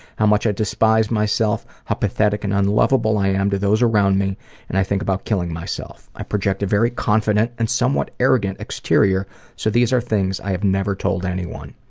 how much i despise myself, how pethatic and unlovable i am to those around me and i think about killing myself. i project a very confident and somewhat arrogant exterior so these are things i have never told anyone.